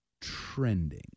Trending